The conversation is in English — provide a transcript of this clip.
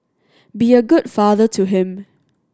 be a good father to him